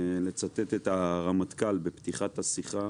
לצטט את הרמטכ"ל בפתיחת השיחה